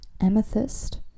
amethyst